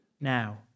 Now